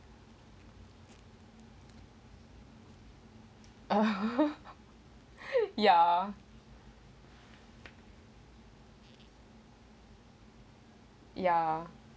ya ya